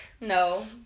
No